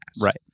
Right